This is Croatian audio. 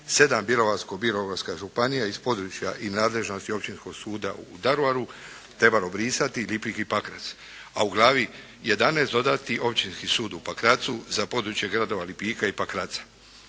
7. Bjelovarsko-bilogorska županija iz područja i nadležnosti Općinskog suda u Daruvaru trebalo brisati …/Govornik se ne razumije./… Pakrac, a u glavi 11. dodati Općinski sud u Pakracu za područje gradova Lipika i Pakraca.